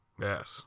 yes